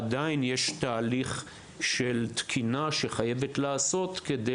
עדיין יש תהליך של תקינה שחייבת להיעשות כדי